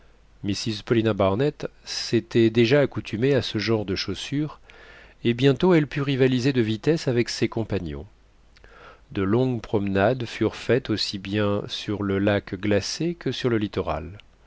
mrs paulina barnett s'était déjà accoutumée à ce genre de chaussures et bientôt elle put rivaliser de vitesse avec ses compagnons de longues promenades furent faites aussi bien sur le lac glacé que sur le littoral